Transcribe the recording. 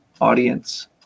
audience